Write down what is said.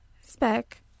spec